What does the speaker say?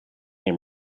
game